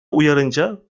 uyarınca